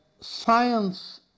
science